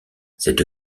cette